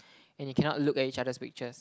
and you cannot look at each other's pictures